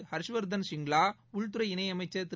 ஹர்ஷ்வர்தன் ஷிங்லா உள்துறை இணையமைச்சர் திரு